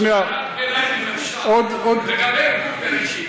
יש לי הערת ביניים על הדברים שלך: לגבי ארגון בראשית,